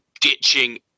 ditching